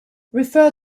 refer